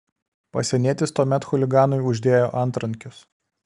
pasienietis tuomet chuliganui uždėjo antrankius